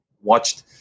watched